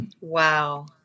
Wow